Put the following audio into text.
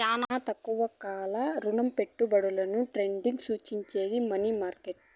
శానా తక్కువ కాల రుణపెట్టుబడుల ట్రేడింగ్ సూచించేది మనీ మార్కెట్